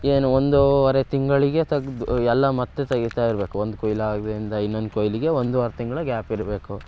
ಏನು ಒಂದೂವರೆ ತಿಂಗಳಿಗೆ ತಗ್ದು ಎಲ್ಲ ಮತ್ತೆ ತೆಗೀತಾ ಇರಬೇಕು ಒಂದು ಕೊಯಿಲು ಆಗಿದ್ರಿಂದ ಇನ್ನೊಂದು ಕೊಯಿಲಿಗೆ ಒಂದೂವರೆ ತಿಂಗಳ ಗ್ಯಾಪ್ ಇರಬೇಕು